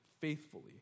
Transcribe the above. faithfully